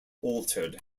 altered